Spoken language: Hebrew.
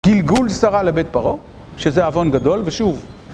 גלגול שרה לבית פרעה, שזה אבון גדול, ושוב.